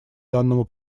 данному